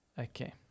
Okay